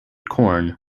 corn